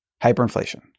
hyperinflation